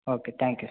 okay thank you